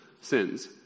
sins